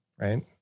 right